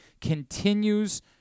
continues